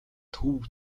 төв